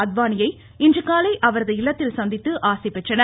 அத்வானியை இன்று காலை அவரது இல்லத்தில் சந்தித்து ஆசி பெற்றனர்